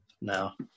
No